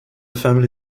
family